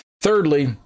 thirdly